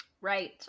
Right